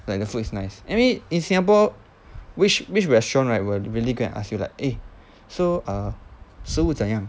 like the food is nice anyway in singapore which which restaurant right will really go and ask you like eh so uh 食物怎样